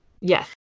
Yes